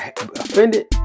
offended